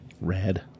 Red